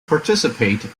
participate